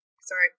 sorry